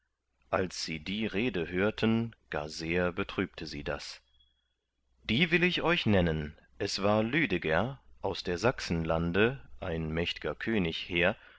als sie die rede hörten gar sehr betrübte sie das die will ich euch nennen es war lüdeger aus der sachsen lande ein mächtger könig hehr